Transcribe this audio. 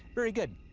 very good.